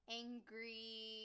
angry